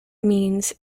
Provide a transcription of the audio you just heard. means